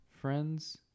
friends